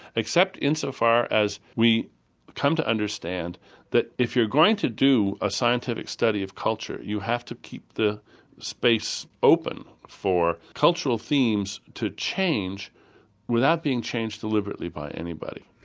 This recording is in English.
except insofar as we come to understand that if you're going to do a scientific study of culture you have to keep the space open for cultural themes to change without being changed deliberately by anybody.